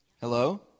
hello